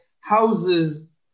houses